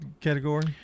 category